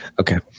Okay